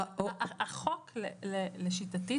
לשיטתי,